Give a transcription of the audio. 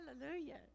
hallelujah